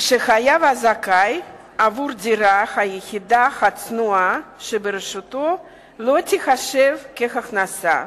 שחייב הזכאי עבור הדירה היחידה והצנועה שברשותו לא ייחשב כהכנסה.